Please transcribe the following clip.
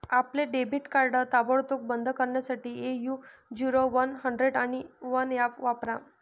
आपले debit card ताबडतोब बंद करण्यासाठी ए.यू झिरो वन हंड्रेड आणि वन ऍप वापरा